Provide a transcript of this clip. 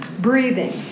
breathing